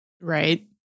Right